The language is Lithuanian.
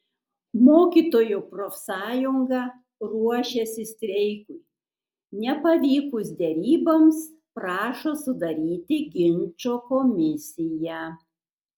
mokytojų profsąjunga ruošiasi streikui nepavykus deryboms prašo sudaryti ginčo komisiją